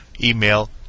email